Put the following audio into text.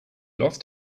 lost